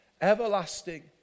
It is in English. everlasting